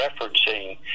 referencing